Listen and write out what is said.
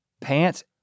pants